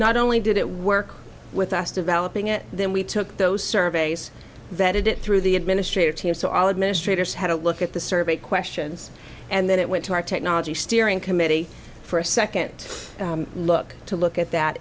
not only did it work with us developing it then we took those surveys that it through the administrative team so all administrator had a look at the survey questions and then it went to our technology steering committee for a second look to look at that